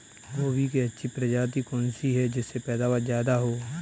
गोभी की अच्छी प्रजाति कौन सी है जिससे पैदावार ज्यादा हो?